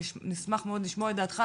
נשמח מאוד לשמוע את דעתך.